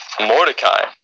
Mordecai